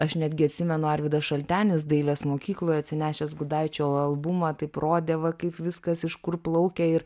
aš netgi atsimenu arvydas šaltenis dailės mokykloje atsinešęs gudaičio albumą taip rodė va kaip viskas iš kur plaukia ir